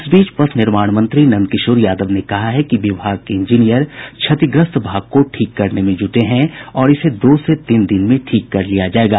इस बीच पथ निर्माण मंत्री नंदकिशोर यादव ने कहा है कि विभाग के इंजीनियर क्षतिग्रस्त भाग को ठीक करने में ज़टे हैं और इसे दो से तीन दिन में ठीक कर लिया जायेगा